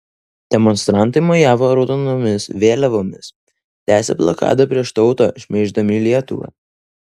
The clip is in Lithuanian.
demonstrantai mojavo raudonomis vėliavomis tęsė blokadą prieš tautą šmeiždami lietuvą